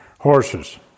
Horses